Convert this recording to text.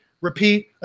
repeat